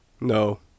no